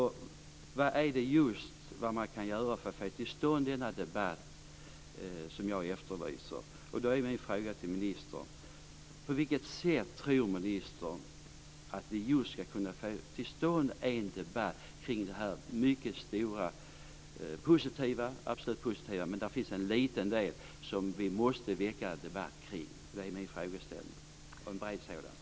Vad går det att göra för att få till stånd den debatt jag efterlyser? På vilket sätt tror ministern att vi ska kunna få till stånd en debatt kring den positiva delen men också kring den lilla negativa delen?